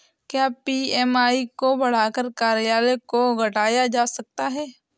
क्या ई.एम.आई को बढ़ाकर कार्यकाल को घटाया जा सकता है?